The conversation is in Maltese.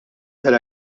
tal